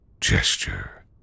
gesture